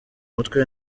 mutwe